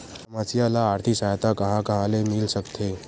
समस्या ल आर्थिक सहायता कहां कहा ले मिल सकथे?